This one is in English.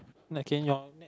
okay your